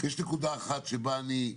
יש דבר אחד שאני חושב שצריך להיזהר ממנו: